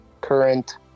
current